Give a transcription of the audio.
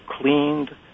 cleaned